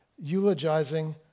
eulogizing